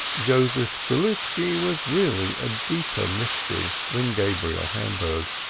joseph strelitski was really a deeper mystery than gabriel hamburg.